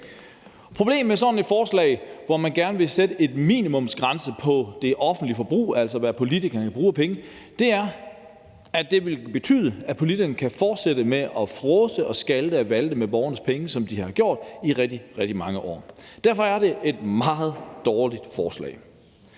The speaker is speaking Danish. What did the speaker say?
Problemet med sådan et forslag, hvor man gerne vil sætte en minimumsgrænse for det offentlige forbrug, altså for, hvad politikerne kan bruge af penge, er, at det vil betyde, at politikerne kan fortsætte med at fråse og skalte og valte med borgernes penge, som de har gjort i rigtig, rigtig mange år. Derfor er det et meget dårligt forslag.